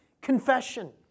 confession